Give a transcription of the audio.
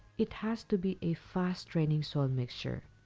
it has to be a fast draining soil mixture,